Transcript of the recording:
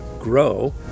grow